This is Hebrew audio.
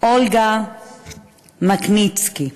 אולגה מכניצקי,